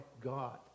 God